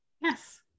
Yes